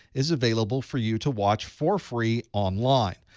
is available for you to watch for free online.